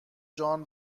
جان